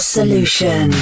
Solution